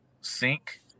sink